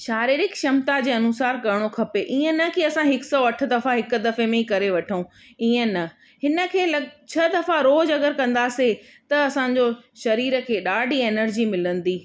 शारीरिक क्षमिता जे अनुसार करिणो खपे ईअं न की असां हिकु सौ अठ दफ़ा हिकु दफ़े में ई करे वठूं ईअं न हिन खे ल छह दफ़ा रोजु अगरि कंदासीं त असांजो शरीर खे ॾाढी एनर्जी मिलंदी